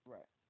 Right